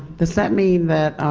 does that mean that